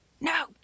No